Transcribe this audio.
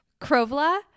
Krovla